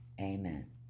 amen